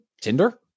Tinder